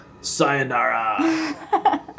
Sayonara